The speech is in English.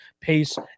pace